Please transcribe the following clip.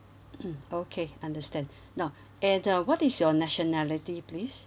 mm okay understand now and uh what is your nationality please